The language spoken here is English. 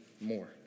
more